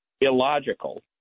illogical